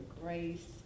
grace